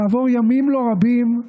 כעבור ימים לא רבים,